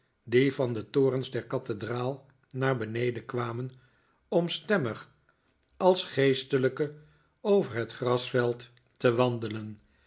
die van de torens der kathedraal naar beneden kwamen om stemmig als geestelijkeh over het grasveld te wandelen